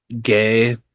gay